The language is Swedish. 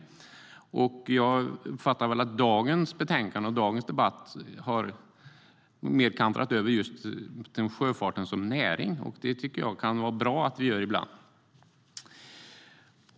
Jag uppfattar att dagens betänkande och debatt har kantrat mot sjöfarten som näring, och det tycker jag att det kan vara bra att den gör ibland.